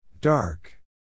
Dark